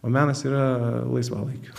o menas yra laisvalaikiu